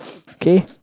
okay